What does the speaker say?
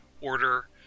order